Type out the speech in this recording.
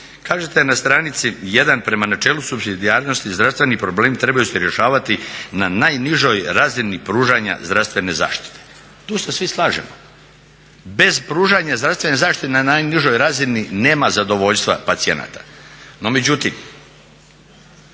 Kažete na stranici 1.: "Prema načelu supsidijarnosti zdravstveni problemi trebaju se rješavati na najnižoj razini pružanja zdravstvene zaštite." Tu se svi slažemo. Bez pružanja zdravstvene zaštite na najnižoj razini nema zadovoljstva pacijenata.